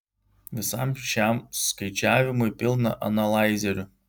visam šiam skaičiavimui pilna analaizerių